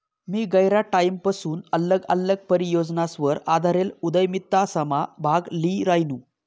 मी गयरा टाईमपसून आल्लग आल्लग परियोजनासवर आधारेल उदयमितासमा भाग ल्ही रायनू